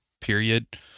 period